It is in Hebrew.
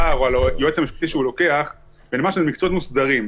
או על היועץ המשפטי שהוא לוקח ברמה של מקצועות מוסדרים.